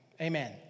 Amen